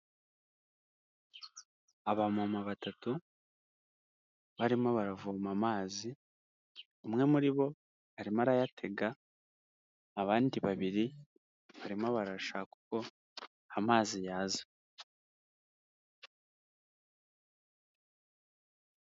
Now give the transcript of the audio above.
Abamama batatu barimo baravoma amazi umwe muri bo arimo arayatega abandi babiri barimo barashaka uko amazi yaza.